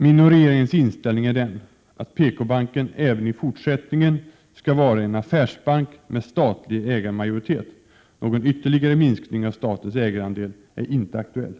Min och regeringens inställning är den, att PKbanken även i fortsättningen skall vara en affärsbank med statlig ägarmajoritet. Någon ytterligare minskning av statens ägarandel är inte aktuell.